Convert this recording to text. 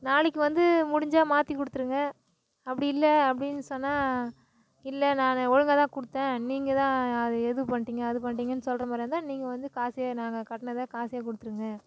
நாளைக்கு வந்து முடிஞ்சால் மாற்றி கொடுத்துருங்க அப்படி இல்லை அப்படினு சொன்னால் இல்லை நான் ஒழுங்கா தான் கொடுத்தேன் நீங்கள் தான் எது பண்ணிட்டீங்க அது பண்ணிட்டீங்க சொல்லுகிற மாதிரி இருந்தால் நீங்கள் வந்து காசை நாங்கள் கட்டினத காசை கொடுத்துடுங்க